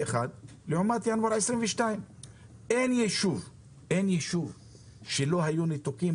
לעומת ינואר 2022. אין יישוב שלא היו בו ניתוקים,